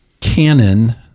canon